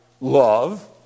love